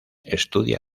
estudia